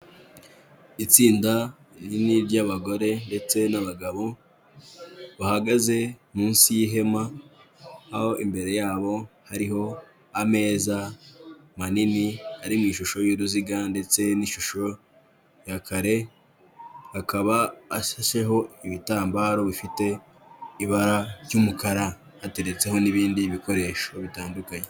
Itsinda rinini ry'abagore ndetse n'abagabo bahagaze munsi y'ihema aho imbere yabo hariho ameza manini ari mu ishusho y'uruziga ndetse n'ishusho ya kare, akaba ashasheho ibitambaro bifite ibara ry'umukara ateretseho n'ibindi bikoresho bitandukanye.